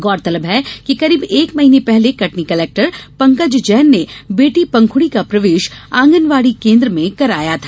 गौरतलब है कि करीब एक महीने पहले कटनी कलेक्टर पंकज जैन ने बेटी पंखुड़ी का प्रवेश आंगनवाड़ी केंद्र में कराया गया था